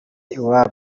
iwabo